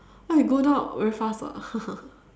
I go down very fast [what]